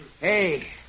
Hey